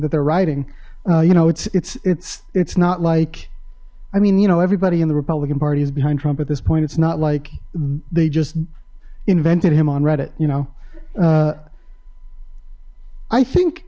that they're writing you know it's it's it's it's not like i mean you know everybody in the republican party is behind trump at this point it's not like they just invented him on reddit you know i think